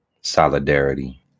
solidarity